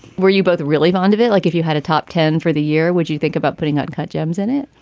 were you both really fond of it? like, if you had a top ten for the year, would you think about putting uncut gems in it?